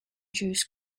juice